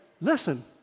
listen